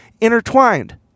intertwined